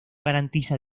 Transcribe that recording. garantiza